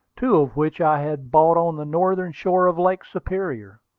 two of which i had bought on the northern shore of lake superior.